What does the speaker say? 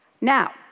now